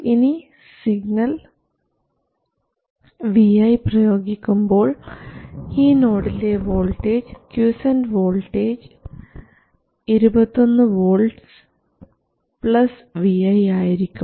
ഇനി signal vi പ്രയോഗിക്കുമ്പോൾ ഈ നോഡിലെ voltage quiescent voltage 21 volts vi ആയിരിക്കും